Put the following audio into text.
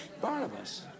Barnabas